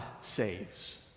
saves